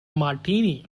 martini